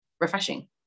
refreshing